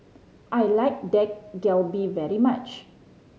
I like Dak Galbi very much